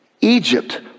egypt